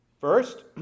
First